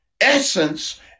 essence